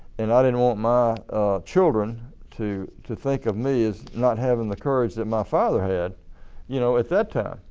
and i didn't want my children to to think of me as not having the courage that my father had you know at that time.